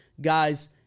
Guys